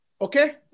okay